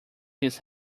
his